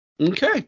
Okay